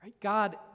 God